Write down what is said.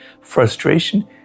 frustration